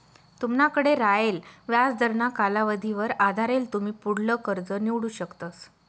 तुमनाकडे रायेल व्याजदरना कालावधीवर आधारेल तुमी पुढलं कर्ज निवडू शकतस